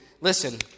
listen